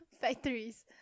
factories